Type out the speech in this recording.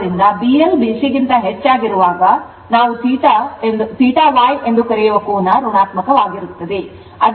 ಆದ್ದರಿಂದ BL BC ಗಿಂತ ಹೆಚ್ಚಿರುವಾಗ θY ಋಣಾತ್ಮಕವಾಗಿರುತ್ತದೆ